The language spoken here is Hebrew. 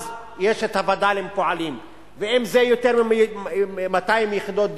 הווד"לים פועלים, ואם זה יותר מ-200 יחידות דיור.